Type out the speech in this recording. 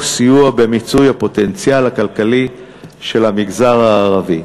סיוע במיצוי הפוטנציאל הכלכלי של המגזר הערבי,